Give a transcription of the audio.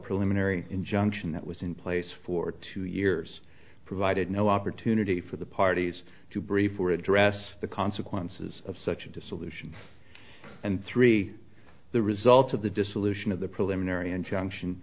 preliminary injunction that was in place for two years provided no opportunity for the parties to brief or address the consequences of such a dissolution and three the result of the dissolution of the preliminary injunction